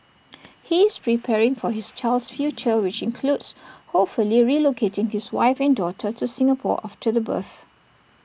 he is preparing for his child's future which includes hopefully relocating his wife and daughter to Singapore after the birth